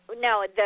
No